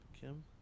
Kim